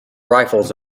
rifles